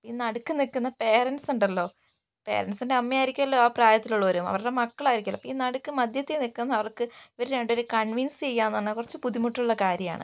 ഈ നടുക്ക് നിക്കുന്ന പേരെൻസ് ഉണ്ടല്ലോ പേരെൻസിൻ്റെ അമ്മയായിരിക്കുമല്ലോ ആ പ്രായത്തിലുള്ളവര് അവരുടെ മക്കളായിരിക്കുമല്ലോ അപ്പോൾ ഈ നടുക്ക് മധ്യത്തിൽ നിൽക്കുന്ന അവർക്ക് ഇവരെ രണ്ടുപേരെയും കൺവിൻസ് ചെയ്യുക എന്ന് പറഞ്ഞാൽ കുറച്ചു ബുദ്ധിമുട്ടുള്ള കാര്യമാണ്